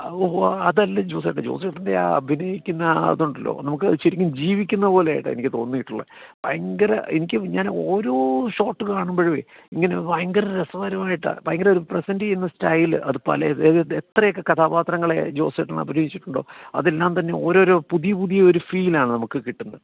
അതല്ല ജോസേട്ടാ ജോസേട്ടൻ്റെ ആ അഭിനയിക്കുന്ന ആ ഇതുണ്ടല്ലോ നമുക്ക് ശരിക്കും ജീവിക്കുന്ന പോലെ ആയിട്ടാ എനിക്ക് തോന്നിയിട്ടുള്ളത് ഭയങ്കര എനിക്ക് ഞാൻ ഓരോ ഷോട്ട് കാണുമ്പോഴുവേ ഇങ്ങനെ ഭയങ്കര രസകരമായിട്ടാ ഭയങ്കര ഒരു പ്രസൻറ്റ് ചെയ്യുന്ന സ്റ്റൈല് അത് പല എത്രയൊക്കെ കഥാപാത്രങ്ങളെ ജോസേട്ടൻ അഭിനയിച്ചിട്ടുണ്ടോ അതെല്ലാം തന്നെ ഓരോരോ പുതിയ പുതിയ ഒരു ഫീൽ ആണ് നമുക്ക് കിട്ടുന്നത്